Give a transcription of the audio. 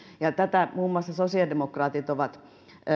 ja muun muassa sosiaalidemokraatit ovat